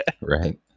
Right